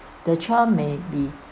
the child may be